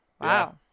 Wow